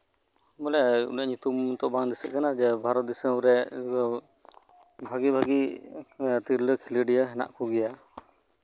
ᱵᱚᱞᱮ ᱧᱩᱛᱩᱢ ᱫᱚ ᱵᱟᱝ ᱫᱤᱥᱟᱹᱜ ᱵᱚᱞᱮ ᱫᱤᱭᱮ ᱵᱷᱟᱨᱚᱛ ᱫᱤᱥᱚᱢᱨᱮ ᱛᱤᱨᱞᱟᱹ ᱠᱷᱮᱞᱳᱰᱤᱭᱟᱹ ᱦᱮᱱᱟᱜ ᱠᱚ ᱜᱮᱭᱟ